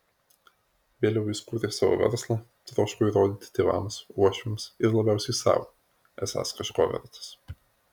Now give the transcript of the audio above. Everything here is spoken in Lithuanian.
vėliau jis kūrė savo verslą troško įrodyti tėvams uošviams ir labiausiai sau esąs kažko vertas